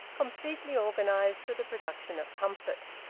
completely organised for the production of comfort.